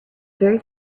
very